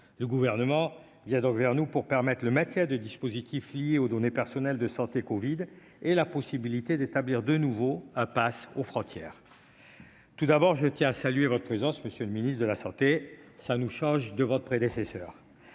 Le Gouvernement vient donc vers nous pour permettre le maintien de dispositifs liés aux données personnelles de santé covid et la possibilité d'établir de nouveau un passe aux frontières. Tout d'abord, je tiens à saluer votre présence, monsieur le ministre de la santé ; cela nous change de votre prédécesseur